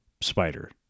spider